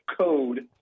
code